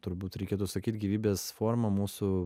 turbūt reikėtų sakyt gyvybės forma mūsų